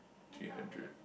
three hundred